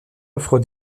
offre